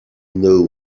know